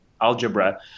algebra